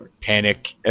panic